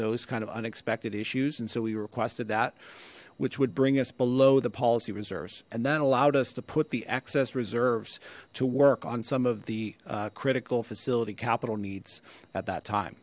those kind of unexpected issues and so we requested that which would bring us below the policy reserves and then allowed us to put the excess reserves to work on some of the critical facility capital needs at that time